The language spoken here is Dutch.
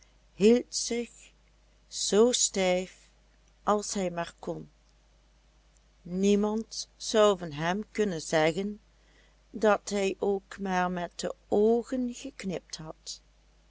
zich zoo stijf als hij maar kon niemand zou van hem kunnen zeggen dat hij ook maar met de oogen geknipt had